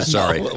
Sorry